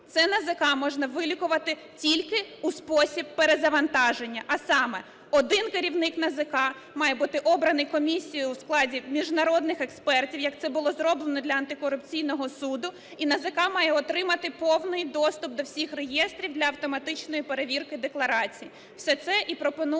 Це НАЗК можна вилікувати тільки у спосіб перезавантаження, а саме один керівник НАЗК має бути обраний комісією у складі міжнародних експертів, як це було зроблено для Антикорупційного суду, і НАЗК має отримати повний доступ до всіх реєстрів для автоматичної перевірки декларацій.